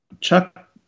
Chuck